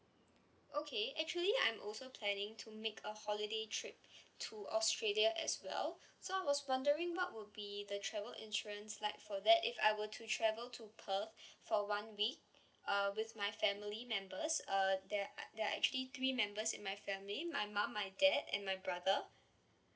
okay actually I'm also planning to make a holiday trip to australia as well so I was wondering what would be the travel insurance like for that if I were to travel to perth for one week uh with my family members uh there there are actually three members in my family my mum my dad and my brother